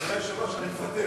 אדוני היושב-ראש, אני מוותר.